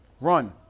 Run